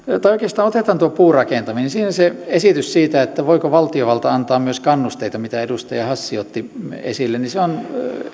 tai otetaan oikeastaan tuo puurakentaminen siinä se esitys siitä voiko valtiovalta myös antaa kannusteita minkä edustaja hassi otti esille on